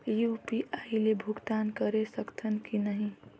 UPI ले भुगतान करे सकथन कि नहीं?